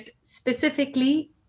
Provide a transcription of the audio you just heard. specifically